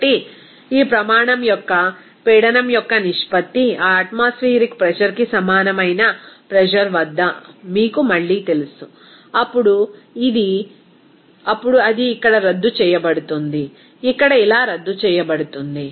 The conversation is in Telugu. కాబట్టి ఈ ప్రమాణం యొక్క పీడనం యొక్క నిష్పత్తి ఆ అట్మాస్ఫియరిక్ ప్రెజర్ కి సమానమైన ప్రెజర్ వద్ద మీకు మళ్లీ తెలుసు అప్పుడు అది ఇక్కడ రద్దు చేయబడుతుంది ఇక్కడ ఇలా రద్దు చేయబడుతుంది